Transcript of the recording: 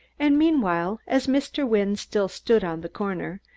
and, meanwhile, as mr. wynne still stood on the corner,